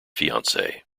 fiancee